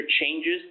changes